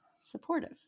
supportive